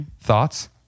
Thoughts